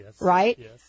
right